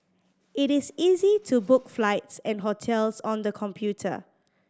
it is easy to book flights and hotels on the computer